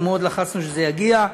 אנחנו מאוד לחצנו שזה יגיע.